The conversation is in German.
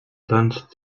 sonst